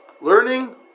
learning